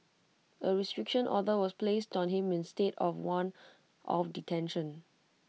A restriction order was placed on him instead of one of detention